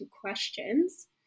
questions